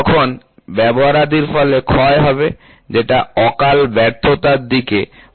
তখন ব্যবহারাদির ফলে ক্ষয় হবে যেটা অকাল ব্যর্থতার দিকে পরিচালনা করবে